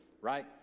right